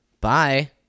Bye